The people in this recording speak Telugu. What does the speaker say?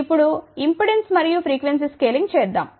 ఇప్పుడు ఇంపెడెన్స్ మరియు ఫ్రీక్వెన్సీ స్కేలింగ్ చేద్దాం